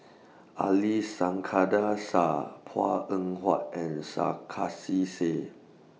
Ali Iskandar Shah Png Eng Huat and Sarkasi Said